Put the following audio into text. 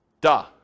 duh